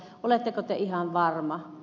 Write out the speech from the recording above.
oletteko te ihan varma